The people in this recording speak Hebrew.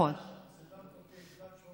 אני מקשיב לך.